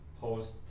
post